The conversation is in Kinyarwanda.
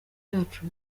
yacu